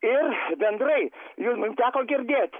ir bendrai jum jum teko girdėt